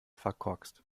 verkorkst